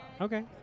Okay